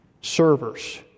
servers